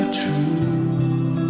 true